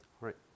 right